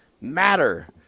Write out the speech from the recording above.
matter